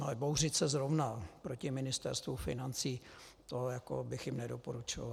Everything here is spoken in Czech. Ale bouřit se zrovna proti Ministerstvu financí, to jako bych jim nedoporučoval.